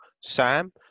Sam